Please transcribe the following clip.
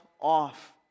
off